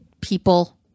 people